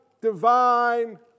divine